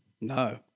No